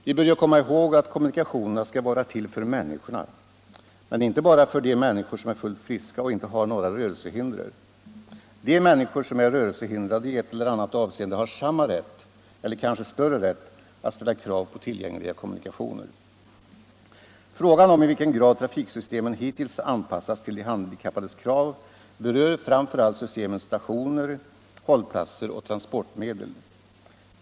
Vi bör ju komma ihåg att kommunikationerna skall vara till för människorna — men inte bara för de människor som är fullt friska och inte har några rörelsehinder. De människor som är rörelsehindrade i ett eller annat avseende har samma rätt, eller kanske större rätt, att ställa krav på tillgängliga kommunikationer. Frågan om i vilken grad trafiksystemen hittills anpassats till de handikappades krav berör framför allt systemens stationer, hållplatser och transportmedel.